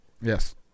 Yes